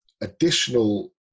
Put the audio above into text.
additional